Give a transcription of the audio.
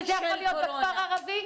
וזה יכול להיות בכפר ערבי?